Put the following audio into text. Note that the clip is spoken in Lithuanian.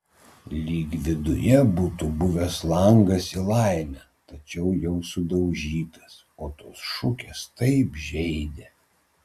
lyg viduje būtų buvęs langas į laimę tačiau jau sudaužytas o tos šukės taip žeidė